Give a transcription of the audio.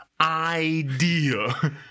idea